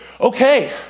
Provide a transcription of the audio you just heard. okay